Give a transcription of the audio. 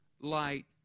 light